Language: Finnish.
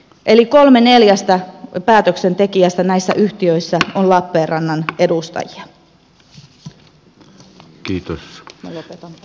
eli kolme neljästä päätöksentekijästä näissä yhtiöissä on lappeenrannan edustajia